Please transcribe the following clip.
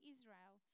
Israel